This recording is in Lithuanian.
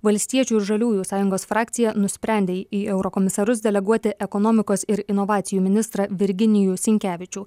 valstiečių ir žaliųjų sąjungos frakcija nusprendė į eurokomisarus deleguoti ekonomikos ir inovacijų ministrą virginijų sinkevičių